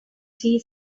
see